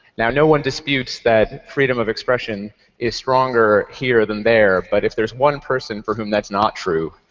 no no one disputes that freedom of expression is stronger here than there but if there's one person for whom that's not true,